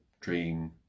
dream